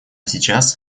сейчас